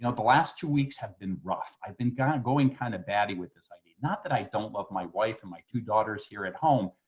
the last two weeks have been rough. i've been kind of going kind of batty with this. i mean not that i don't love my wife and my two daughters here at home.